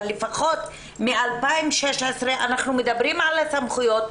אבל לפחות מ- 2016 אנחנו מדברים על הסמכויות.